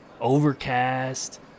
Overcast